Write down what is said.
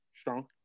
strong